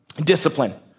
discipline